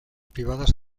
privadas